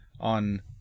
on